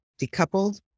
decoupled